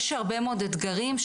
יש הרבה מאוד אתגרים.